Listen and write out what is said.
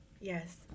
Yes